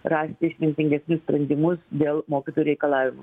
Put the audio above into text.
rast išmintingesnius sprendimus dėl mokytojų reikalavimų